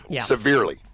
Severely